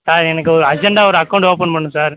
sir எனக்கு ஒரு அர்ஜண்ட்டாக ஒரு அக்கௌன்ட்டு ஓப்பன் பண்ணணும் சார்